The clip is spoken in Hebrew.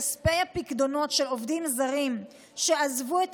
כספי הפיקדונות של עובדים זרים שעזבו את